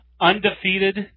undefeated